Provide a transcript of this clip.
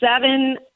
seven